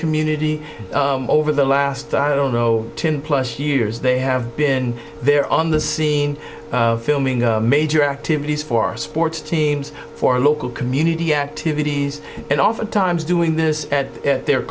community over the last i don't know ten plus years they have been there on the scene filming a major activities for sports teams for local community activities and oftentimes doing this at their